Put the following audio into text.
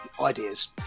ideas